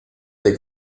dei